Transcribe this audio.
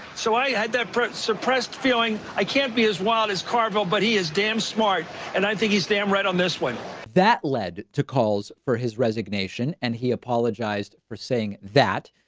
so i had that pinsuppressed feeling. i can't be as wild as carville but he is damned smart and i think he's damn right on this way that led to calls for his resignation and he apologized for saying that.